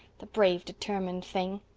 the brave determined thing!